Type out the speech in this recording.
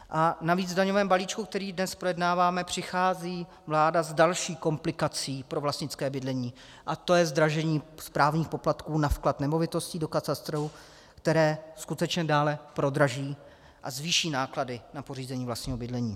A navíc v daňovém balíčku, který dnes projednáváme, přichází vláda s další komplikací pro vlastnické bydlení, a tou je zdražení správních poplatků na vklad nemovitosti do katastru, které skutečně dále prodraží a zvýší náklady na pořízení vlastního bydlení.